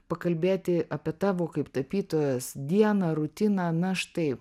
pakalbėti apie tavo kaip tapytojos dieną rutiną na štai